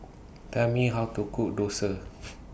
Tell Me How to Cook Dosa